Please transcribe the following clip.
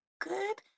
good